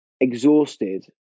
exhausted